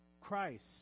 Christ